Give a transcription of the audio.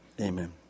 amen